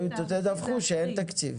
תדווחו שאין תקציב.